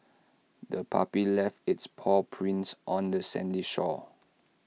the puppy left its paw prints on the sandy shore